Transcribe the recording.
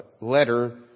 letter